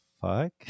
fuck